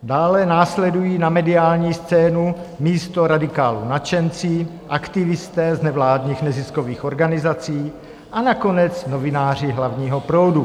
Dále následují na mediální scénu místo radikálů nadšenci, aktivisté z nevládních neziskových organizací a nakonec novináři hlavního proudu.